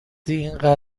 اینقدر